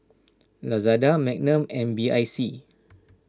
Lazada Magnum and B I C